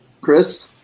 Chris